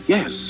Yes